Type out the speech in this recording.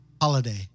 holiday